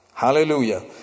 hallelujah